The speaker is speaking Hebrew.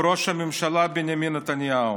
הוא ראש הממשלה בנימין נתניהו.